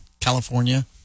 California